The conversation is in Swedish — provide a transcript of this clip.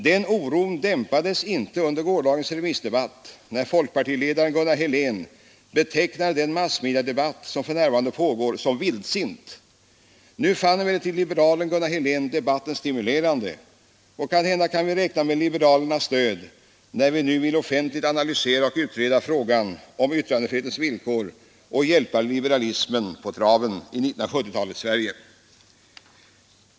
Den oron dämpades inte under gårdagens remissdebatt, där folkpartiledaren Gunnar Helén betecknade den massmediadebatt som för närvarande pågår som ”vildsint”. Nu fann emellertid liberalen Gunnar Helén debatten stimulerande, och kanhända kan vi räkna med liberalernas stöd när vi vill offentligt analysera och utreda frågan om yttrandefrihetens villkor och hjälpa liberalismen på traven i 1970-talets Sverige.